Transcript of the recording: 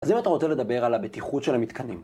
אז אם אתה רוצה לדבר על הבטיחות של המתקנים